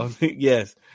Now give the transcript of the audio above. Yes